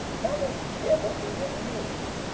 what the devil do you mean?